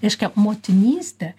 reiškia motinystė